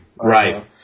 Right